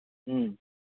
ꯎꯝ